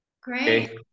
Great